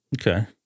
Okay